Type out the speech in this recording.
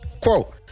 Quote